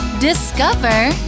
Discover